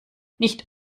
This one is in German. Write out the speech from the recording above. nicht